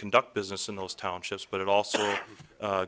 conduct business in those townships but it also